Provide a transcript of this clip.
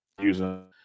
using